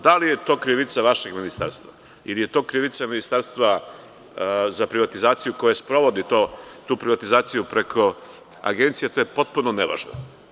Da li je to krivica vašeg Ministarstva ili je to krivica Ministarstva za privatizaciju koje sprovodovi tu privatizaciju preko Agencije, to je potpuno nevažno.